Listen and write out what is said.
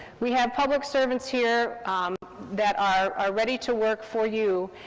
we have public servants here that are, are ready to work for you,